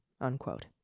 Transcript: unquote